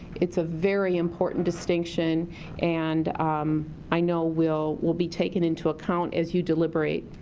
it's a very important distinction and um i know will will be taken into account as you deliberate.